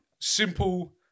Simple